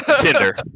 Tinder